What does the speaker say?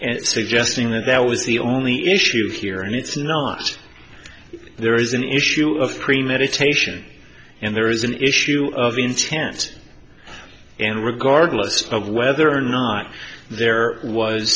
suggesting that that was the only issue here and it's not there is an issue of premeditation and there is an issue of intent and regardless of whether or not there was